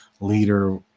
leader